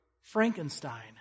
Frankenstein